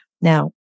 Now